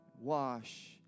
wash